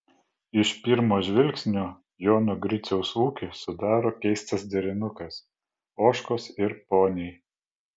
iš pirmo žvilgsnio jono griciaus ūkį sudaro keistas derinukas ožkos ir poniai